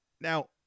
Now